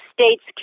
states